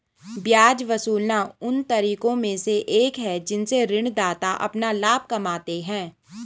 ब्याज वसूलना उन तरीकों में से एक है जिनसे ऋणदाता अपना लाभ कमाते हैं